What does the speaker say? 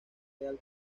real